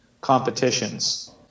competitions